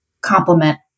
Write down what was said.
complement